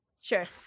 Sure